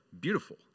beautiful